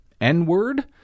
N-word